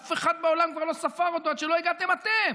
אף אחד בעולם כבר לא ספר אותו עד שהגעתם אתם